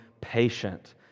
patient